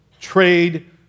trade